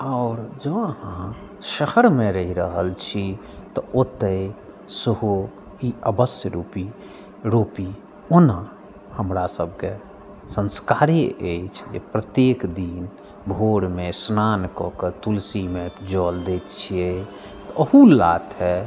आओर जँ अहाँ शहरमे रहि रहल छी तऽ ओतय सेहो ई अवश्य रूपी रोपी ओना हमरा सभके संस्कारे अछि जे प्रत्येक दिन भोरमे अस्नान कऽके ओकर तुलसीमे जल दैत छियै ओहू लाथे